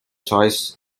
choice